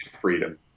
freedom